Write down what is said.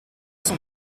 son